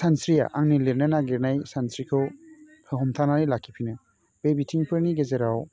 सानस्रिया आंनि लिरनो नागिरनाय सानस्रिखौ हमथानानै लाखिफिनो बे बिथिंफोरनि गेजेराव